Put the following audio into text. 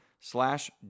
slash